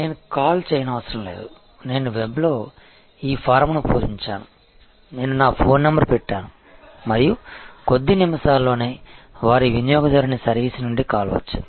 నేను కాల్ చేయనవసరం లేదు నేను వెబ్లో ఈ ఫారమ్ను పూరించాను నేను నా ఫోన్ నంబర్ను పెట్టాను మరియు కొద్ది నిమిషాల్లోనే వారి వినియోగదారుని సర్వీస్ నుండి కాల్ వచ్చింది